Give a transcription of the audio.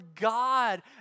God